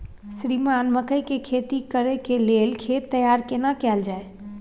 श्रीमान मकई के खेती कॉर के लेल खेत तैयार केना कैल जाए?